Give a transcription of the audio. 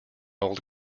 old